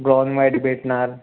brown white भेटणार